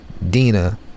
Dina